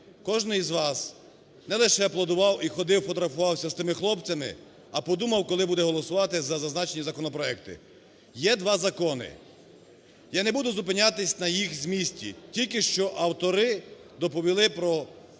кожний із вас не лише аплодував і ходив фотографувався з тими хлопцями, а подумав, коли буде голосувати за зазначені законопроекти. Є два закони. Я не буду зупинятися на їх змісті, тільки що автори доповіли про суть